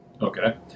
Okay